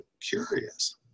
curious